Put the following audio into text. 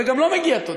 וגם לו מגיעה תודה.